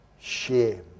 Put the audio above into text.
shame